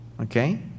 okay